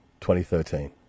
2013